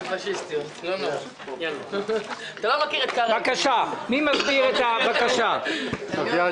ראשי הרשויות פנו למנכ"ל משרד הפנים דרך ארגון